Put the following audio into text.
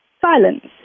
silence